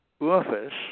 Office